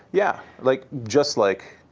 yeah, like just like